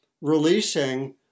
releasing